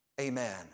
amen